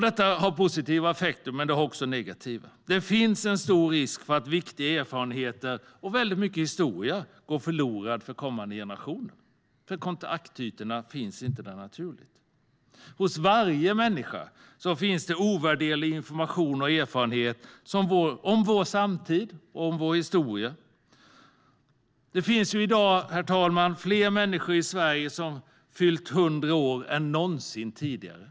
Detta har positiva effekter men också negativa. Det finns en stor risk för att viktiga erfarenheter och mycket historia går förlorad för kommande generationer, eftersom kontaktytorna inte finns där naturligt. Hos varje människa finns det ovärderlig information och erfarenhet om vår samtid och vår historia. Det finns i dag, herr talman, fler människor i Sverige som har fyllt 100 år än någonsin tidigare.